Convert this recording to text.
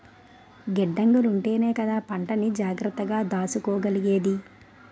గిడ్డంగులుంటేనే కదా పంటని జాగ్రత్తగా దాసుకోగలిగేది?